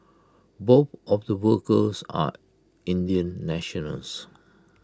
both of the workers are Indian nationals